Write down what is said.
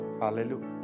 Hallelujah